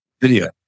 Video